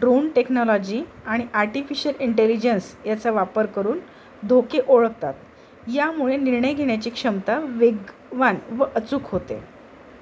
drone technology आणि artificial intelligence याचा वापर करून धोके ओळखतात यामुळे निर्णय घेण्याची क्षमता वेगवान व अचूक होते